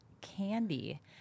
candy